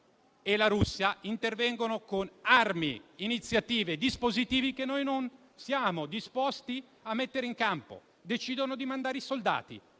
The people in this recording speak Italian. e la Russia intervengono con armi, iniziative e dispositivi che noi non siamo disposti a mettere in campo. Decidono di mandare i soldati